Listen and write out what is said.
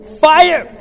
fire